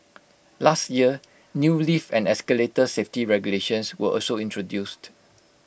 last year new lift and escalator safety regulations were also introduced